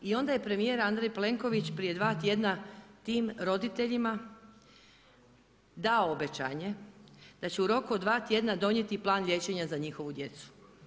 I onda je premijer Andrej Plenković prije dva tjedna tim roditeljima dao obećanje da će u roku od dva tjedna donijeti plan liječenja za njihovu djecu.